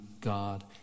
God